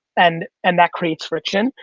and and that creates friction.